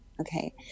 okay